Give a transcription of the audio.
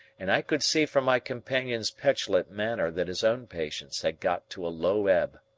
and i could see from my companion's petulant manner that his own patience had got to a low ebb.